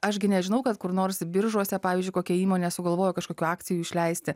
aš gi nežinau kad kur nors biržuose pavyzdžiui kokia įmonė sugalvojo kažkokių akcijų išleisti